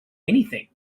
anything